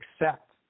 accept